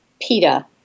PETA